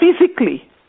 physically